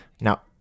Now